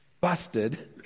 Busted